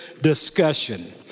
discussion